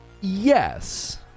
Yes